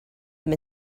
them